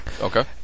Okay